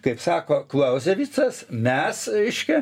kaip sako klauzevicas mes reiškia